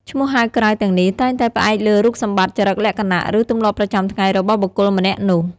ឈ្មោះហៅក្រៅទាំងនេះតែងតែផ្អែកលើរូបសម្បត្តិ ចរិតលក្ខណៈ ឬទម្លាប់ប្រចាំថ្ងៃរបស់បុគ្គលម្នាក់នោះ។